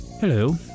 Hello